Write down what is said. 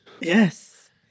Yes